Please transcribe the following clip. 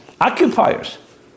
Occupiers